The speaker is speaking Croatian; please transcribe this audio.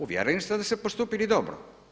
Uvjereni ste da ste postupili dobro?